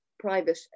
private